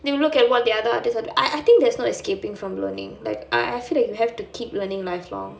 they will look at what the other artists are doing I I think there is no escaping from learning like I I feel like you have to keep learning lifelong